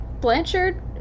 Blanchard